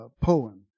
poem